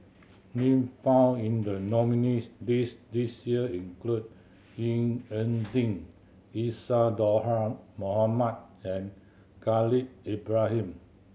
name found in the nominees' list this year include Ying E Ding Isadhora Mohamed and Khalil Ibrahim